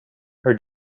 her